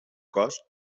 cos